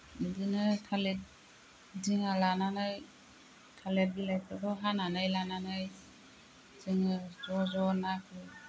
बिदिनो थालिर दिङा लानानै थालिर बिलाइफोरखौ हानानै लानानै जोङो ज' ज' ना गुरो